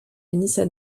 nissan